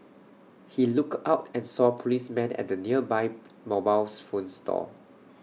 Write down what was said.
he looked out and saw policemen at the nearby mobile phone store